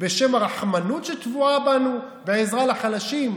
בשם הרחמנות שטבועה בנו בעזרה לחלשים?